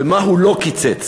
במה הוא לא קיצץ.